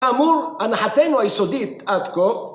‫כאמור הנחתנו היסודית עד כה.